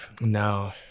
No